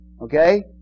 Okay